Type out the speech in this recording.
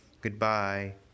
goodbye